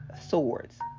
swords